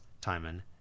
Timon